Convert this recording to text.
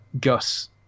Gus